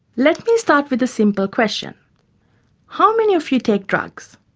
let me start with a simple question how many of you take drugs?